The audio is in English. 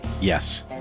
Yes